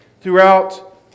throughout